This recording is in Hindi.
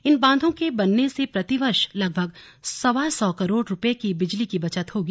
इन बांधों के बनने से प्रतिवर्ष लगभग सवा सौ करोड़ रूपये की बिजली की बचत होगी